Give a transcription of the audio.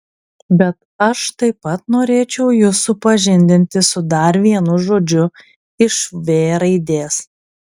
bet aš taip pat norėčiau jus supažindinti su dar vienu žodžiu iš v raidės